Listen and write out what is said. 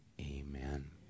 amen